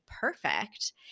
perfect